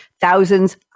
thousands